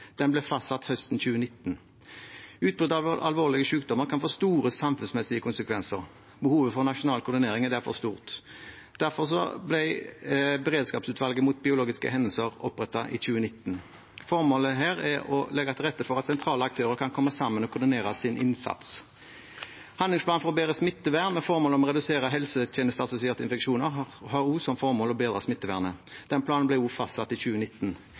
den ble fastsatt høsten 2019. Utbrudd av alvorlige sykdommer kan få store samfunnsmessige konsekvenser. Behovet for en nasjonal koordinering er derfor stort. Derfor ble Beredskapsutvalget mot biologiske hendelser opprettet i 2019. Formålet er å legge til rette for at sentrale aktører kan komme sammen og koordinere sin innsats. Handlingsplanen for et bedre smittevern, med formål å redusere helsetjenesteassosierte infeksjoner, har også som formål å bedre smittevernet. Den planen ble også fastsatt i 2019.